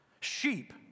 Sheep